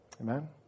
Amen